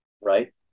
right